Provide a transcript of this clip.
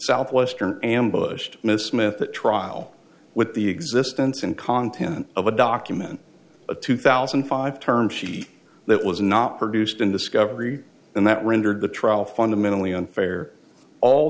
southwestern ambushed miss smith at trial with the existence and content of a document a two thousand and five term sheet that was not produced in discovery and that rendered the trial fundamentally unfair all